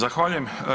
Zahvaljujem.